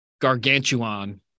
gargantuan